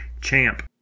champ